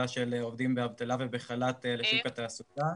של עובדים באבטלה ובחל"ת לשוק התעסוקה.